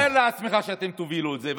תאר לעצמך שאתם תובילו את זה,